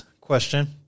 question